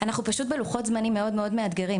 אנחנו פשוט בלוחות זמנים מאוד מאתגרים,